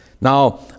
Now